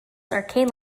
arcade